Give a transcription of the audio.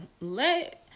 let